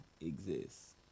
exists